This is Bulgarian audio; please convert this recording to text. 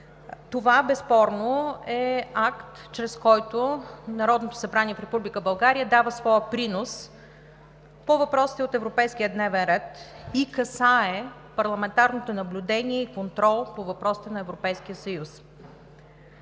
Това безспорно е акт, чрез който Народното събрание в Република България дава своя принос по въпросите от европейския дневен ред и касае парламентарното наблюдение и контрол по въпросите на Европейския съюз.